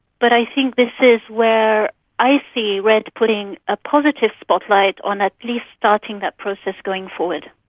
but i think this is where i see redd putting a positive spotlight on at least starting that process going forward.